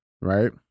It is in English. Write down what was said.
Right